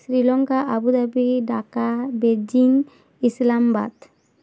Sri Lanka Abu Dhabi Dhaka Beijing Islamabad